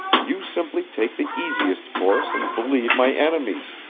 you simply take the easiest course and believe my enemies.